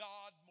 God